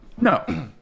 No